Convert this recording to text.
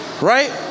right